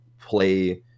play